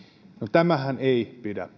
tämähän ei pidä